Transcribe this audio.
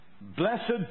Blessed